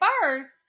first